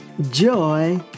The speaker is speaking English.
joy